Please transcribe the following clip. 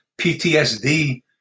PTSD